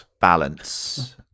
balance